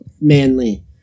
manly